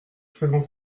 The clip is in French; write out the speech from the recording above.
cinquante